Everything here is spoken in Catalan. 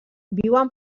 viuen